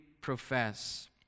profess